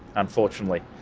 unfortunately.